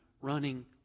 running